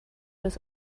des